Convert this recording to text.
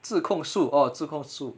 自控术 oh 自控术